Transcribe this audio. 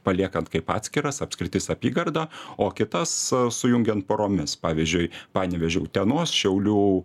paliekant kaip atskiras apskritis apygardą o kitas sujungiant poromis pavyzdžiui panevėžio utenos šiaulių